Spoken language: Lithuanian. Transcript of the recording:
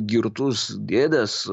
girtus dėdes